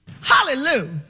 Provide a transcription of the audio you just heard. hallelujah